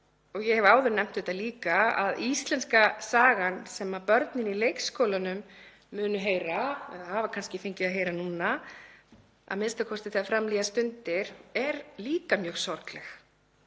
ég hef áður nefnt það að íslenska sagan sem börnin í leikskólanum munu heyra, og hafa kannski fengið að heyra núna, a.m.k. þegar fram líða stundir, er líka mjög sorgleg;